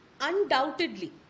undoubtedly